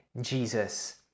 Jesus